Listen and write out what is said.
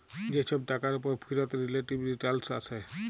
যে ছব টাকার উপর ফিরত রিলেটিভ রিটারল্স আসে